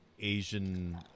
Asian